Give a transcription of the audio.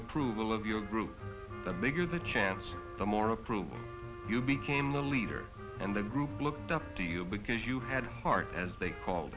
approval of your group the bigger the chance the more approval you became the leader and the group looked up to you because you had a heart as they call